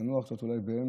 לנוח קצת באמצע,